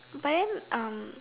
but then um